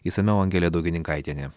išsamiau angelė daugininkaitienė